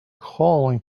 calling